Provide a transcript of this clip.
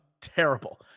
terrible